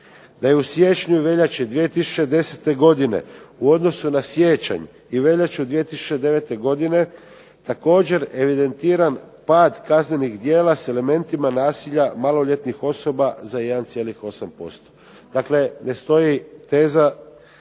da je u siječnju i veljači 2010. godine u odnosu na siječanj i veljaču 2009. godine također evidentiran pad kaznenih djela sa elementima nasilja maloljetnih osoba za 1,8%. Dakle, ne stoji teza